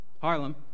Harlem